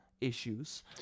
issues